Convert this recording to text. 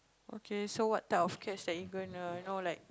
okay so what type of cats that you gonna you know like